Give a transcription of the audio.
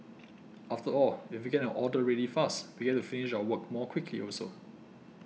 after all if we get an order ready faster we get to finish our work more quickly also